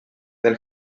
del